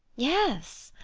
yes,